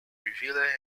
revealing